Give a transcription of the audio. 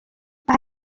aha